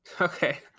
Okay